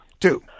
Two